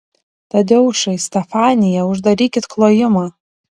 tadeušai stefanija uždarykit klojimą